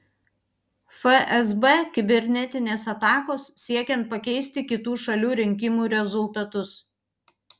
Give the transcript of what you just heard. fsb kibernetinės atakos siekiant pakeisti kitų šalių rinkimų rezultatus